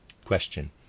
Question